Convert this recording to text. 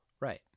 Right